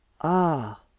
Ah